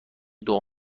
دعا